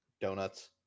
Donuts